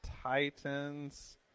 Titans